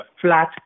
flat